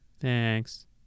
Thanks